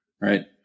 right